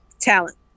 talent